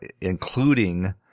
including